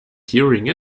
during